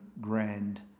grand